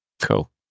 Cool